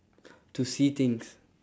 to see things